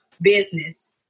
business